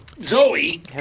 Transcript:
Zoe